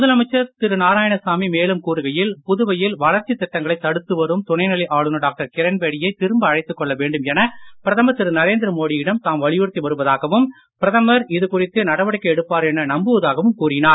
முதலமைச்சர் திரு நாராயணசாமி மேலும் கூறுகையில் புதுவையில் வளர்ச்சித் திட்டங்களை தடுத்து வரும் துணைநிலை ஆளுநர் டாக்டர் கிரண்பேடியை திரும்ப அழைத்துக் கொள்ள வேண்டும் என பிரதமர் திரு நரேந்திர மோடியிடம் தாம் வலியுறுத்தி வருவதாகவும் பிரதமர் இதுகுறித்து நடவடிக்கை எடுப்பார் என நம்புவதாகவும் கூறினார்